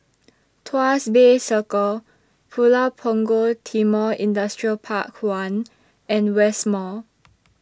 Tuas Bay Circle Pulau Punggol Timor Industrial Park one and West Mall